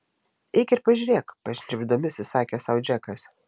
eik ir pažiūrėk pašnibždomis įsakė sau džekas